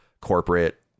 corporate